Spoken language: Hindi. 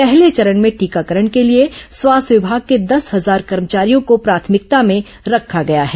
पहले चरण में टीकाकरण के लिए स्वास्थ्य विभाग के दस हजार कर्मचारियों को प्राथमिकता में रखा गया है